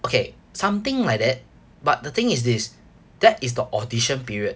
okay something like that but the thing is this that is the audition period